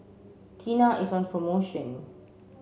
Tena is on promotion